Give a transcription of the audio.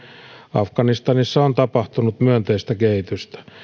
afganistanissa on tapahtunut myönteistä kehitystä